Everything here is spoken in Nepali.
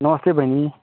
नमस्ते बहिनी